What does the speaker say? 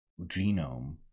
genome